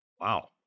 Wow